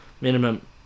minimum